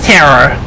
Terror